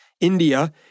India